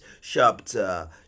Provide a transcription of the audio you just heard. chapter